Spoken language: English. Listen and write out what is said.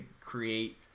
create